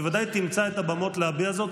היא בוודאי תמצא את הבמות להביע זאת,